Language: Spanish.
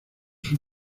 sus